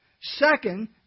Second